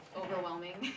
overwhelming